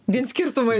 vien skirtumai